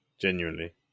Genuinely